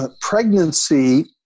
pregnancy